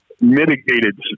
mitigated